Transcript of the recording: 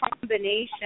combination